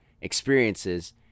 experiences